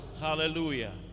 Hallelujah